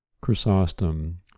Chrysostom